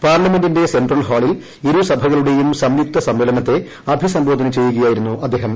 പാർലമെന്റിന്റെ സെൻട്രൽ ഹാളിൽ ഇരു സഭകളുടെയും സംയുക്ത സമ്മേളനത്തെ അഭിസംബോധന ചെയ്യുകയായിരുന്നു അദ്ദേഹം